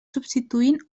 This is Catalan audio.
substituint